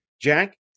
Jack